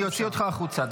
אני אוציא אותך החוצה.